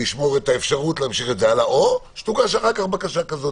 נשמור את האפשרות להמשיך את זה הלאה או שתוגש אחר-כך בקשה כזאת,